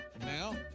Now